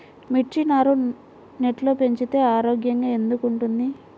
మిర్చి నారు నెట్లో పెంచితే ఆరోగ్యంగా ఎందుకు ఉంటుంది?